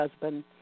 husband